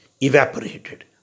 evaporated